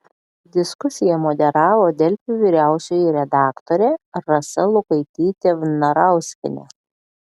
diskusiją moderavo delfi vyriausioji redaktorė rasa lukaitytė vnarauskienė